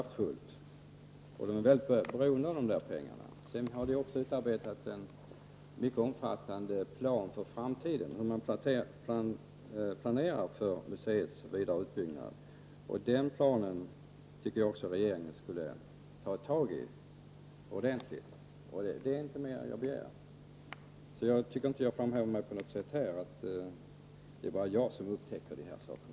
Museet är mycket beroende av dessa pengar. Det har också utarbetats en mycket omfattande plan för framtiden när det gäller den vidare utbyggnaden. Den planen tycker jag att regeringen skall ta tag i ordentligt. Jag begär inte mer. Jag tycker därför inte att jag har framhävt att det bara skulle vara jag som har upptäckt dessa saker.